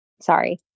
sorry